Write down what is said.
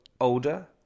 older